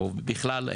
ובכלל,